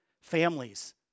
families